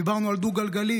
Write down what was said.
דיברנו על דו-גלגלי,